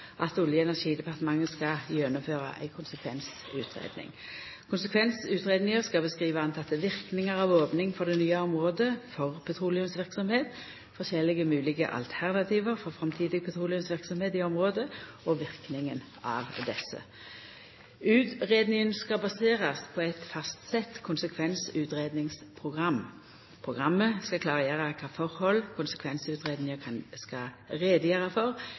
at Olje- og energidepartementet skal gjennomføra ei konsekvensutgreiing. Konsekvensutgreiinga skal beskriva pårekna verknader av opning av det nye området for petroleumsverksemd, forskjellige moglege alternativ for framtidig petroleumsverksemd i området, og verknaden av desse. Utgreiinga skal baserast på eit fastsett konsekvensutgreiingsprogram. Programmet skal klargjera kva forhold konsekvensutgreiinga skal greia ut om, også kva utgreiingar som er nødvendige for